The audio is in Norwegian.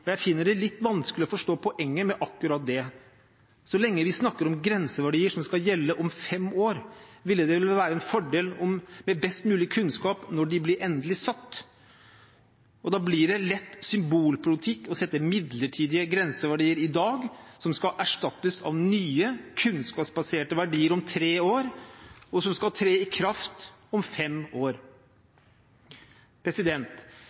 og jeg finner det litt vanskelig å forstå poenget med akkurat det. Så lenge vi snakker om grenseverdier som skal gjelde om fem år, ville det vel være en fordel med best mulig kunnskap når de blir endelig satt. Da blir det lett symbolpolitikk å sette midlertidige grenseverdier i dag som skal erstattes av nye, kunnskapsbaserte verdier om tre år, og som skal tre i kraft om fem år.